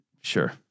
Sure